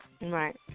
right